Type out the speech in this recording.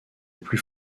plus